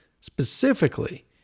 specifically